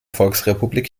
volksrepublik